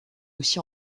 aussi